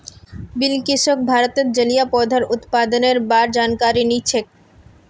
बिलकिसक भारतत जलिय पौधार उत्पादनेर बा र जानकारी नी छेक